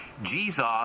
Jesus